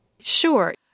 Sure